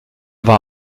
war